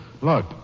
Look